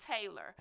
Taylor